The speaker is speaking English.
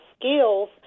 skills